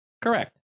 Correct